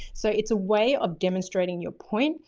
so it's a way of demonstrating your point.